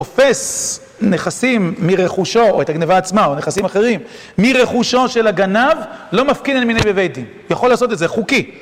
תופס נכסים מרכושו, או את הגניבה עצמה, או נכסים אחרים, מרכושו של הגנב, לא מפקינן מיניה בבית דין. יכול לעשות את זה חוקי.